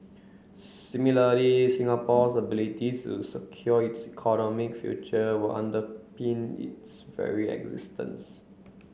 similarly Singapore's ability to secure its economic future will underpin its very existence